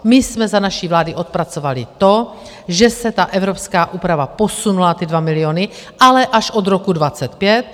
My jsme za naší vlády odpracovali to, že se ta evropská úprava posunula na ty 2 miliony, ale až od roku 2025.